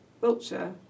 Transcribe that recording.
Wiltshire